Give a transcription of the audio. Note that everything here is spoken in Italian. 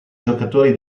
giocatori